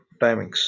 timings